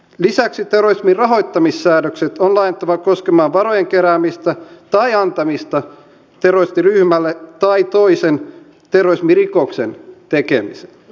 lisäksi terrorisminrahoittamissäädökset on laajennettava koskemaan varojen keräämistä tai antamista terroristiryhmälle tai toisen terrorismirikoksen tekemiseen